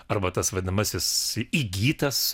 arba tas vadinamasis įgytas